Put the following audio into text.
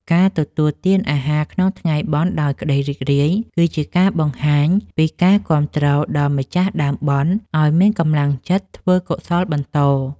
ការទទួលទានអាហារក្នុងថ្ងៃបុណ្យដោយក្តីរីករាយ គឺជាការបង្ហាញពីការគាំទ្រដល់ម្ចាស់ដើមបុណ្យឱ្យមានកម្លាំងចិត្តធ្វើកុសលបន្ត។